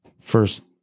first